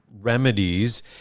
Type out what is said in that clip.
remedies